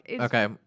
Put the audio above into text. Okay